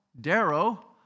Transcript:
Darrow